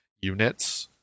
units